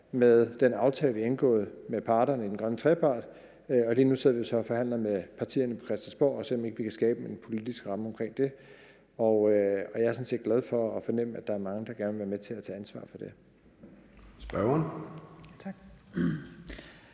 med den aftale, vi har indgået med parterne i den grønne trepart, og lige nu sidder vi så og forhandler med partierne på Christiansborg for at se, om vi ikke kan skabe en politisk ramme omkring det. Og jeg er sådan set glad for at fornemme, at der er mange, der gerne vil være med til at tage ansvar for det.